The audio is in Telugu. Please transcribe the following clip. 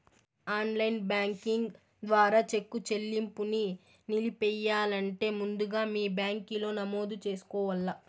ఆన్లైన్ బ్యాంకింగ్ ద్వారా చెక్కు సెల్లింపుని నిలిపెయ్యాలంటే ముందుగా మీ బ్యాంకిలో నమోదు చేసుకోవల్ల